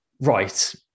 Right